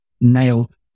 nailed